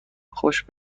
خوش